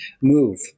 move